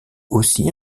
aussi